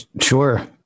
sure